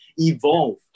evolve